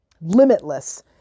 limitless